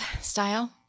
style